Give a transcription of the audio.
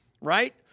right